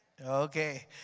Okay